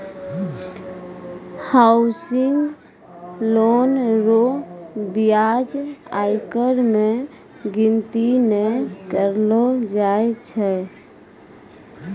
housing loan रो ब्याज आयकर मे गिनती नै करलो जाय छै